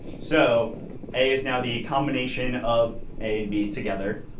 so a is now the combination of a and b together.